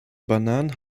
bananen